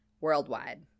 worldwide